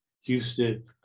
Houston